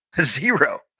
Zero